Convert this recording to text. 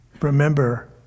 Remember